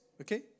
okay